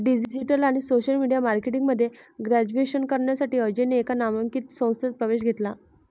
digital आणि social media marketing मध्ये graduation करण्यासाठी अजयने एका नामांकित संस्थेत प्रवेश घेतला